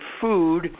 food